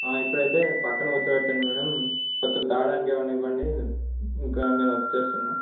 ఇప్పుడైతే పక్కన కూర్చోపెట్టండి మ్యాడమ్ కొంచెం తాగడానికి ఏమన్న ఇవ్వండి ఇంక నేను వస్తున్నాను